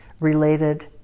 related